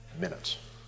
minutes